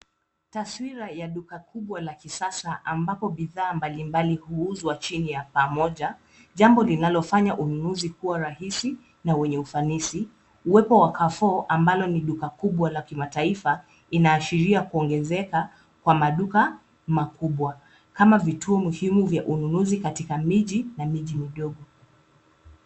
Taswira ya duka kubwa la kisasa ambapo bidhaa mbalimbali huuzwa chini ya paa moja, jambo linalofanya ununuzi kuwa rahisi na wenye ufanisi. Uwepo wa Carrefour ambalo ni duka kubwa la kimataifa inaashiria kuongezeka kwa maduka makubwa kama vitu muhimu vya ununuzi katika miji na miji midogo.